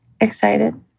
Excited